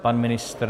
Pan ministr?